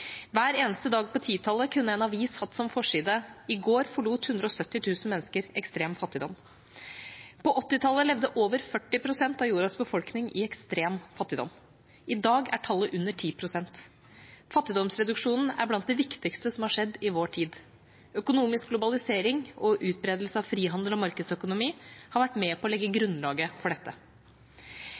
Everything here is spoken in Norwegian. Hver eneste dag på 2010-tallet kunne en avis hatt som forside: «I går forlot 170 000 mennesker ekstrem fattigdom.» På 1980-tallet levde over 40 pst. av jordas befolkning i ekstrem fattigdom. I dag er tallet under 10 pst. Fattigdomsreduksjonen er blant det viktigste som har skjedd i vår tid. Økonomisk globalisering og utbredelse av frihandel og markedsøkonomi har vært med på å legge grunnlaget for dette.